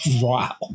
wow